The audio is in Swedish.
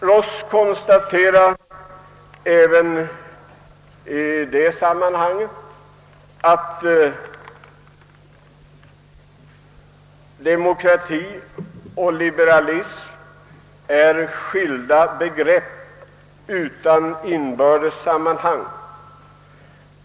Ross konstaterar också att demokrati och liberalism är skilda begrepp utan inbördes sammanhang.